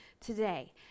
today